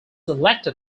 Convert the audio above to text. elected